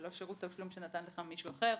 ולא שרות תשלום שנתן לך מישהו אחר,